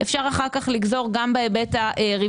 אפשר לגזור אחר כך גם בהיבט הרווחתי.